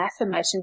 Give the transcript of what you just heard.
affirmation